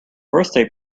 birthday